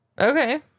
Okay